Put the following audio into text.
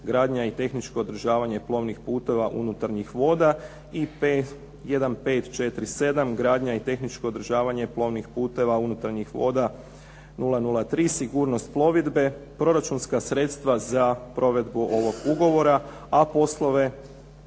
gradnja i tehničko održavanje plovnih putova unutarnjih voda i P1547 gradnja i tehničko održavanje plovnih putova unutarnjih voda, 003 sigurnost plovidbe, proračunska sredstva za provedbu ovog ugovora a poslove